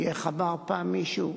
כי איך אמר פעם מישהו?